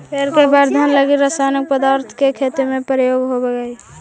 पेड़ के वर्धन लगी रसायनिक पदार्थ के खेती में प्रयोग होवऽ हई